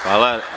Hvala.